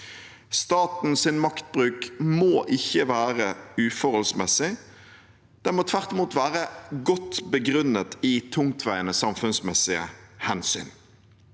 Statens maktbruk må ikke være uforholdsmessig. Den må tvert imot være godt begrunnet i tungtveiende samfunnsmessige hensyn.